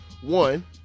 one